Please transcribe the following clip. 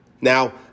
Now